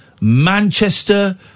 Manchester